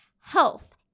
health